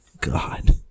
god